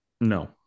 No